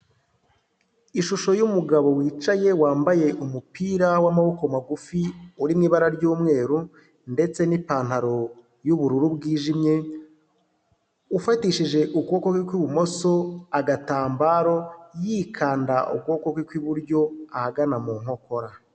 Ishusho y'umugabo wicaye wambaye umupira wamaboko magufi, uri mu ibara ry'umweru ndetse n'ipantaro yubururu bwijimye, ufatishije ukuboko kwe kw'ibumoso agatambaro, yikanda ukuboko kwe kw'iburyo ahagana mu nkokora.